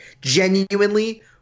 Genuinely